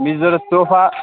مےٚ چھِ ضروٗرت سوفا